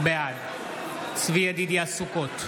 בעד צבי ידידיה סוכות,